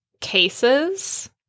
cases